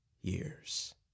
years